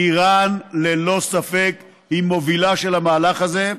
איראן היא ללא ספק מובילה של המהלך הזה,